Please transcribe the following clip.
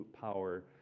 power